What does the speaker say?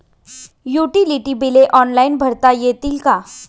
Utility बिले online भरता येतील का?